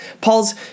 Paul's